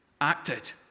acted